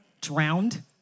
drowned